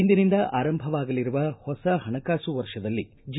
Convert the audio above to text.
ಇಂದಿನಿಂದ ಆರಂಭವಾಗಲಿರುವ ಹೊಸ ಹಣಕಾಸು ವರ್ಷದಲ್ಲಿ ಜಿ